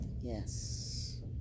Yes